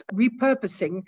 repurposing